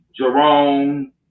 Jerome